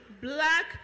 black